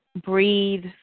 breathe